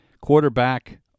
quarterback